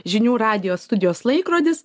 žinių radijo studijos laikrodis